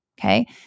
okay